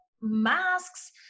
masks